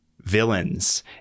villains